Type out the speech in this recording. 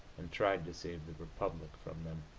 and tried to save the republic from them.